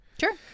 Sure